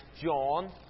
John